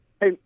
Hey